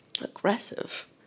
aggressive